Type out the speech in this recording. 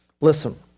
Listen